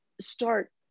start